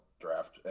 draft